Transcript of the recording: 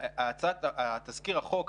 תזכיר החוק,